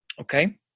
Okay